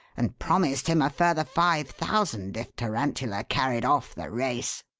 and promised him a further five thousand if tarantula carried off the race.